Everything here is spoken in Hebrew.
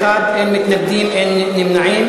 בעד, 51, אין מתנגדים, אין נמנעים.